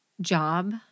job